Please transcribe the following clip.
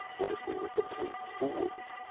what if we were complete fools?